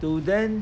to them